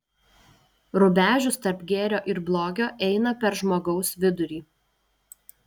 rubežius tarp gėrio ir blogio eina per žmogaus vidurį